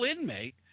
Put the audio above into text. inmate